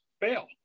fail